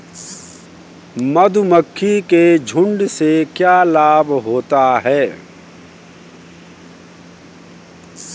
मधुमक्खी के झुंड से क्या लाभ होता है?